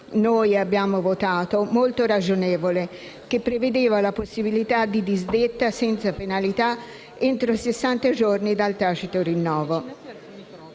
noi abbiamo votato, molto ragionevole, che prevedeva la possibilità di disdetta senza penalità entro sessanta giorni dal tacito rinnovo.